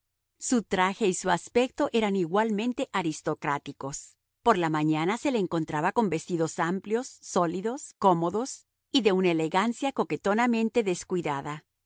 su traje y su aspecto eran igualmente aristocráticos por la mañana se le encontraba con vestidos amplios sólidos cómodos y de una elegancia coquetonamente descuidada